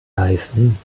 heißen